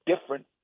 different